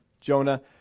Jonah